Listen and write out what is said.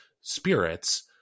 spirits